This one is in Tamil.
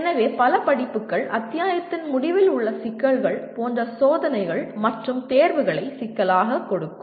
எனவே பல படிப்புகள் அத்தியாயத்தின் முடிவில் உள்ள சிக்கல்கள் போன்ற சோதனைகள் மற்றும் தேர்வுகளை சிக்கலாக கொடுக்கும்